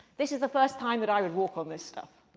this is the first time that i would walk on this stuff.